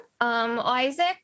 Isaac